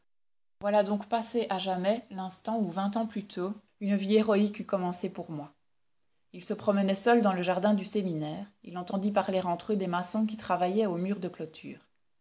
voilà donc passé à jamais l'instant où vingt ans plus tôt une vie héroïque eût commencé pour moi il se promenait seul dans le jardin du séminaire il entendit parler entre eux des maçons qui travaillaient au mur de clôture